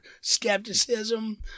skepticism